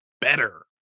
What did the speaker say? better